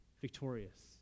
victorious